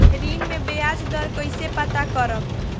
ऋण में बयाज दर कईसे पता करब?